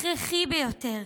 הכרחי ביותר,